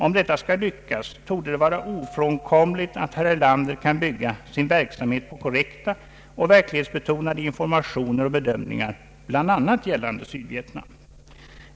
Om detta skall lyckas torde det vara ofrånkomligt tt herr Erlander kan bygga sin verksamhet på korrekta och verklighetsbetonade informationer och bedömningar, bl.a. gällande Sydvietnam.